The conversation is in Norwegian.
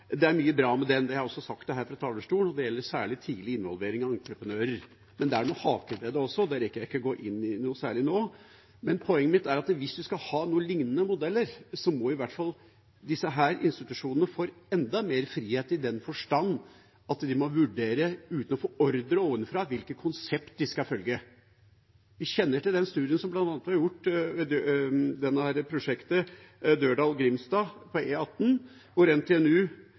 Det er mye bra med den – det har jeg også sagt her fra talerstolen – og det gjelder særlig tidlig involvering av entreprenører. Men det er noen haker ved den også, og det rekker jeg ikke å gå noe særlig inn i nå. Poenget mitt er at hvis vi skal ha noen liknende modeller, må i hvert fall disse institusjonene få enda mer frihet i den forstand at de må kunne vurdere hvilket konsept de skal følge, uten å få ordre ovenfra. Vi kjenner til den studien som ble gjort